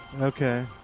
Okay